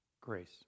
grace